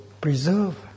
preserve